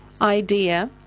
idea